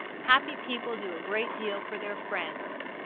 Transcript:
happy people do a great deal for their friends.